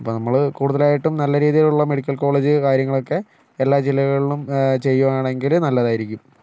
അപ്പം നമ്മൾ കൂടുതലായിട്ടും നല്ല രീതിയിലുള്ള മെഡിക്കൽ കോളേജ് കാര്യങ്ങളൊക്കെ എല്ലാ ജില്ലകളിലും ചെയ്യുകയാണെങ്കിൽ നല്ലതായിരിക്കും